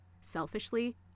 Selfishly